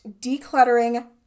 decluttering